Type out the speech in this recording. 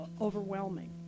overwhelming